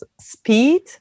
speed